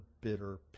bitter